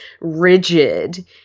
rigid